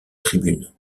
tribune